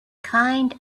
kind